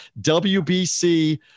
WBC